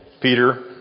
Peter